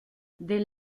des